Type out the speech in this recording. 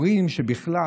אומרים שבכלל,